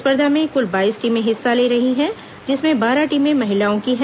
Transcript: स्पर्धा में कुल बाईस टीमें हिस्सा ले रही हैं जिसमें बारह टीमें महिलाओं की हैं